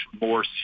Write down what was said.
more